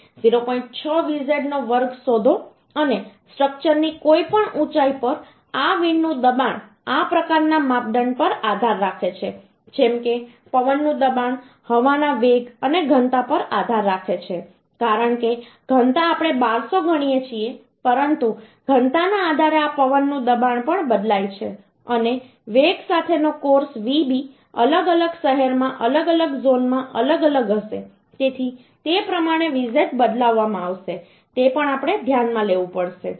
6 vz નો વર્ગ શોધો અને સ્ટ્રક્ચરની કોઈપણ ઊંચાઈ પર આ વિન્ડનું દબાણ આ પ્રકારના માપદંડ પર આધાર રાખે છે જેમ કે પવનનું દબાણ હવાના વેગ અને ઘનતા પર આધાર રાખે છે કારણ કે ઘનતા આપણે 1200 ગણીએ છીએ પરંતુ ઘનતાના આધારે આ પવનનું દબાણ પણ બદલાય છે અને વેગ સાથેનો કોર્સ Vb અલગ અલગ શહેરમાં અલગ અલગ ઝોનમાં અલગ અલગ હશે તેથી તે પ્રમાણે Vz બદલવામાં આવશે તે પણ આપણે ધ્યાનમાં લેવું પડશે